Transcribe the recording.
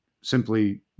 simply